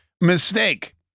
mistake